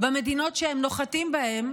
במדינות שהם נוחתים בהן,